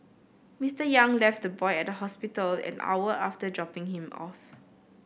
Mister Yang left the boy at the hospital an hour after dropping him off